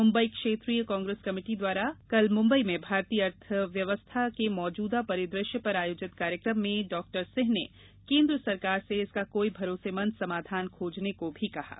मुम्बई क्षेत्रीय कांग्रेस कमिटी द्वारा कल मुम्बई में भारतीय अर्थव्यवस्था के मौजूदा परिद्रष्य पर आयोजित कार्यक्रम में डॉक्टर सिंह ने केन्द्र सरकार से इसका कोई भरोसेमंद समाधान खोजने को भी कहा है